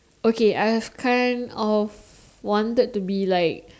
okay I have kind of wanted to be like